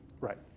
Right